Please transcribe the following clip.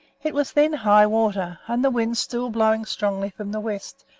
it was then high water, and the wind still blowing strongly from the west,